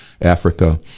Africa